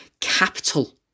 capital